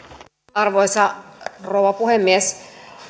arvoisa rouva puhemies